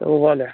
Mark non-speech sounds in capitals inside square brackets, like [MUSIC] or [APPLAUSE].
[UNINTELLIGIBLE]